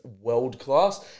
world-class